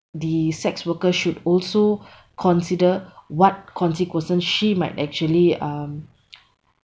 the sex worker should also consider what consequences she might actually um